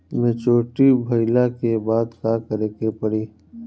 Maturity भईला के बाद का करे के पड़ेला?